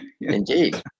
indeed